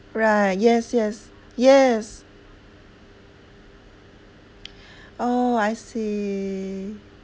right yes yes yes oh I see